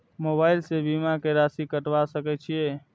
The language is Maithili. मोबाइल से बीमा के राशि कटवा सके छिऐ?